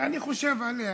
שאני חושב עליה.